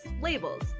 labels